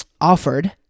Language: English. offered